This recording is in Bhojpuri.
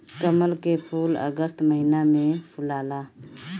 कमल के फूल अगस्त महिना में फुलाला